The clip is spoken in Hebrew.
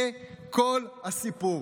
זה כל הסיפור.